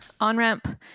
on-ramp